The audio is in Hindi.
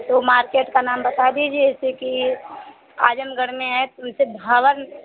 तो मार्केट का नाम बता दीजिए जैसे कि आज़मगढ़ में है तुलसी भवन